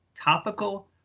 topical